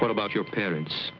what about your parents